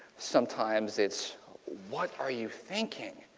sometimes it's what are you thinking.